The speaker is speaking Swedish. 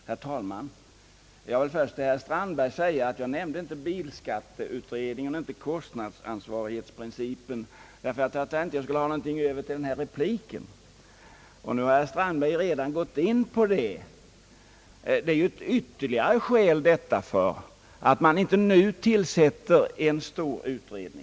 Herr talman! Jag vill först till herr Strandberg säga att jag inte nämnde bilskatteutredningen eller kostnadsansvarighetsprincipen i mitt tidigare anfö rande, ty jag tänkte att jag skulle ha något över att säga i denna replik. Nu har emellertid herr Strandberg redan nämnt dessa saker som ytterligare ett skäl till att man inte nu bör tillsätta en ny utredning.